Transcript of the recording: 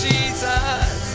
Jesus